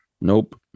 Nope